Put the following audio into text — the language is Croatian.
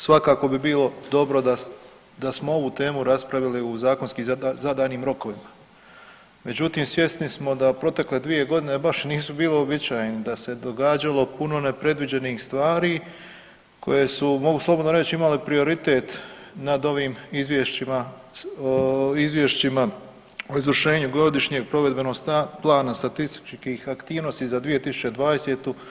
Svakako bi bilo dobro da smo ovu temu raspravili u zakonski zadanim rokovima, međutim svjesni smo da protekle dvije godine baš i nisu bile uobičajene, da se događalo puno nepredviđenih stvari koje su mogu slobodno reći imale prioritet nad ovim izvješćima o izvršenju godišnjeg provedbenog plana statističkih aktivnosti za 2020.